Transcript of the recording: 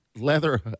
leather